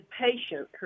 patient